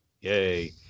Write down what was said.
Yay